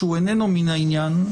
שאינו מן העניין,